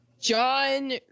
John